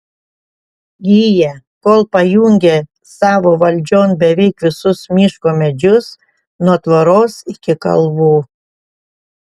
giją kol pajungė savo valdžion beveik visus miško medžius nuo tvoros iki kalvų